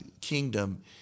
kingdom